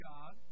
God